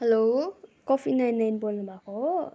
hello कफी nine nine बोल्नु भएको हो